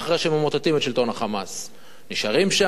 שממוטטים את שלטון ה"חמאס"; נשארים שם,